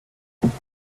choses